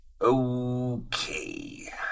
Okay